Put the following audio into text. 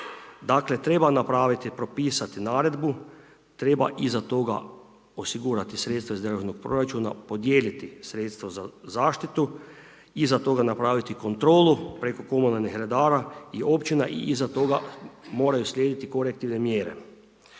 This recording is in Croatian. Dakle, treba napraviti, propisati naredbu, treba iza toga osigurati sredstva iz državnog proračuna, odjeliti sredstva za zaštitu, iza toga napraviti kontrolu preko komunalnih redara i općina i iza toga moraju slijediti kolektivne mjere.